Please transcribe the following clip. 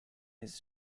his